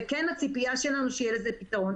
והציפייה שלנו היא שיהיה לזה פתרון.